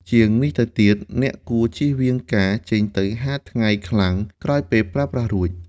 ជាងនេះទៅទៀត អ្នកគួរចៀសវាងការចេញទៅហាលថ្ងៃខ្លាំងក្រោយពេលប្រើប្រាស់រួច។